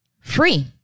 free